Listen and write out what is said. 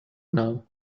now